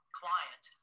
client